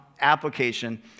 application